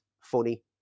funny